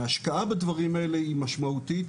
ההשקעה בדברים האלה היא משמעותית,